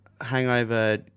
hangover